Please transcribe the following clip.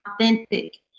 authentic